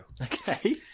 Okay